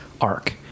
arc